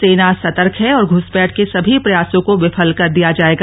सेना सतर्क है और घ्रसपैठ के सभी प्रयासों को विफल कर दिया जायेगा